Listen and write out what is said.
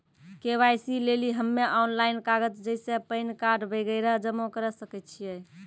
KYC लेली हम्मय online कागज जैसे पैन कार्ड वगैरह जमा करें सके छियै?